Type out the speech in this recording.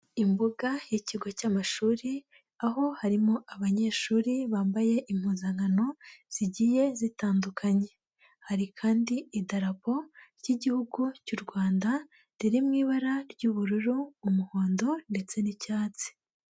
Imbuga y'ikigo cy'amashuri, aho harimo abanyeshuri bambaye impuzankano zigiye zitandukanye. Hari kandi idarapo ry'igihugu cy'u Rwanda, riri mu ibara ry'ubururu, umuhondo ndetse n'icyatsi.